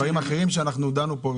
בנושאים אחרים שדנו בהם פה,